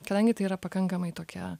kadangi tai yra pakankamai tokia